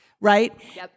right